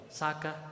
saka